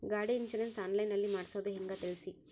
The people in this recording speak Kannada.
ಗಾಡಿ ಇನ್ಸುರೆನ್ಸ್ ಆನ್ಲೈನ್ ನಲ್ಲಿ ಮಾಡ್ಸೋದು ಹೆಂಗ ತಿಳಿಸಿ?